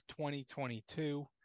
2022